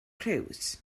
cruise